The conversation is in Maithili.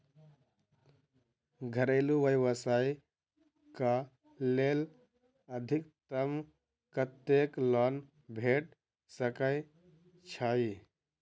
घरेलू व्यवसाय कऽ लेल अधिकतम कत्तेक लोन भेट सकय छई?